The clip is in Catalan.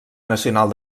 nacional